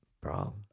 Bro